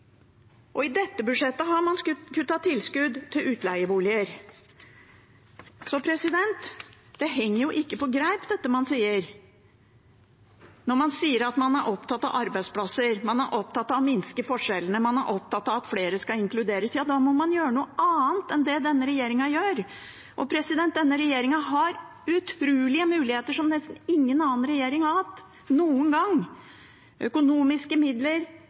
I dette budsjettet har man også kuttet tilskudd til utleieboliger. Det henger jo ikke på greip det man sier når man sier at man er opptatt av arbeidsplasser, opptatt av å minske forskjeller og opptatt av at flere skal inkluderes. Da må man gjøre noe annet enn det denne regjeringen gjør. Denne regjeringen har utrolige muligheter, muligheter som nesten ingen annen regjering har hatt noen gang. De har økonomiske midler